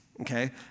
Okay